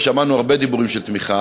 ושמענו הרבה דיבורים של תמיכה.